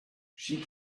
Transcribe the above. she